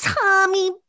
tommy